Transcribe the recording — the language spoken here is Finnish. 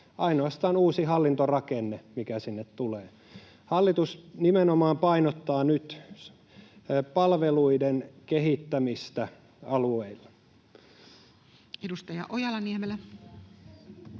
Ainoastaan uusi hallintorakenne, mikä sinne tulee. Hallitus nimenomaan painottaa nyt palveluiden kehittämistä alueilla. Edustaja Ojala-Niemelä.